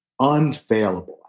unfailable